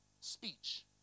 speech